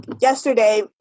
yesterday